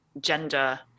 gender